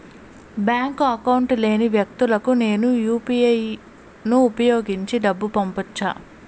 Bank account లేని వ్యక్తులకు నేను యు పి ఐ యు.పి.ఐ ను ఉపయోగించి డబ్బు పంపొచ్చా?